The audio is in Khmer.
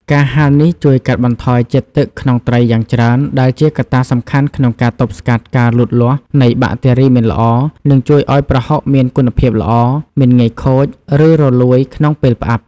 ការហាលនេះជួយកាត់បន្ថយជាតិទឹកក្នុងត្រីយ៉ាងច្រើន ដែលជាកត្តាសំខាន់ក្នុងការទប់ស្កាត់ការលូតលាស់នៃបាក់តេរីមិនល្អ និងជួយឱ្យប្រហុកមានគុណភាពល្អ មិនងាយខូច ឬរលួយក្នុងពេលផ្អាប់។